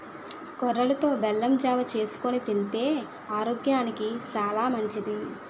కొర్రలతో బెల్లం జావ చేసుకొని తింతే ఆరోగ్యానికి సాలా మంచిది